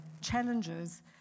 challenges